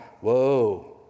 whoa